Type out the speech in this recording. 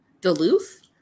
Duluth